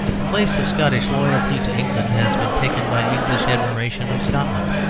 the place of scottish loyalty to england has been taken by english admiration of scotland.